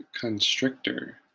Constrictor